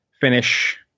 Finish